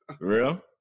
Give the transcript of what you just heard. Real